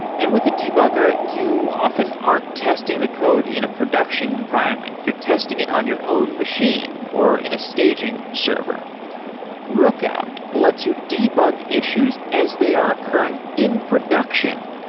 and with a debugger, you often aren't testing the code in a production environment, you're testing it on your own machine, or in a staging server rookout lets you debug issues as they are occurring in production.